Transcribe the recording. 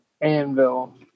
anvil